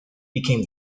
became